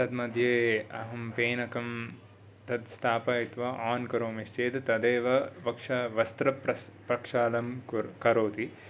तद् मध्ये अहं फेनकं तद् स्थापयित्वा आन् करोमि चेत् तदेव वक्ष वस्त्रप्रक्षालनं करोति